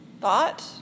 thought